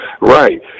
Right